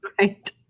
right